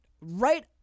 right